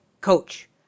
coach